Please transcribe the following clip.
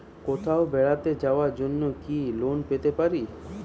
কোথাও বেড়াতে যাওয়ার জন্য কি লোন পেতে পারি?